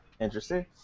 interesting